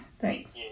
Thanks